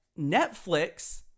netflix